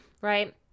right